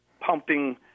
pumping